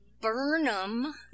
Burnham